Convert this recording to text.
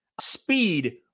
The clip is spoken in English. speed